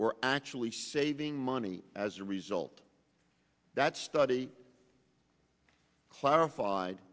were actually saving money as a result that study clarified